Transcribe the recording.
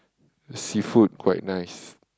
the seafood quite nice